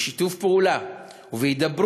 בשיתוף פעולה ובהידברות.